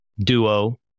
duo